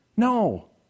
No